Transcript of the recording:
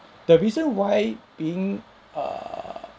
the reason why being err